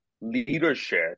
leadership